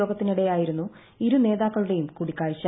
യോഗത്തിനിടെയായിരുന്നു ഇരു നേതാക്കളുടെ കൂടിക്കാഴ്ച